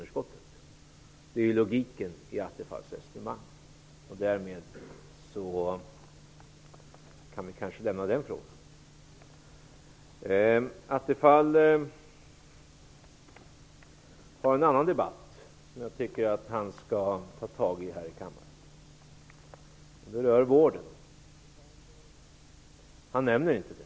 Detta är logiken i Attefalls resonemang. Därmed kan vi kanske lämna den frågan. Det finns en annan fråga som jag tycker att Attefall skall ta upp här i kammaren, och den rör vården. Han nämner inte den.